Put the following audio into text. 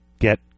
get